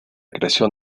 creación